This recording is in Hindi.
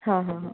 हाँ हाँ हाँ